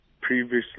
previously